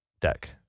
deck